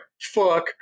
fuck